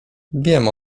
wiem